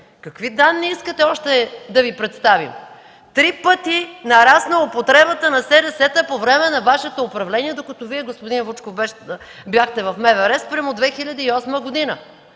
Какви данни искате още да Ви представим? Три пъти нарасна употребата на СРС-та по време на Вашето управление, докато Вие, господин Вучков, бяхте в МВР спрямо 2008 г.